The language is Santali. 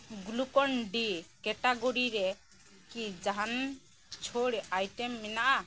ᱜᱞᱩᱠᱚᱱᱼᱰᱤ ᱠᱮᱴᱟᱜᱚᱨᱤ ᱨᱮ ᱠᱤ ᱡᱟᱦᱟᱱ ᱪᱷᱟᱹᱲ ᱟᱭᱴᱮᱢ ᱢᱮᱱᱟᱜᱼᱟ